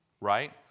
Right